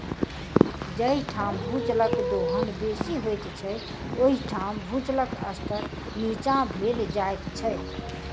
जाहि ठाम भूजलक दोहन बेसी होइत छै, ओहि ठाम भूजलक स्तर नीचाँ भेल जाइत छै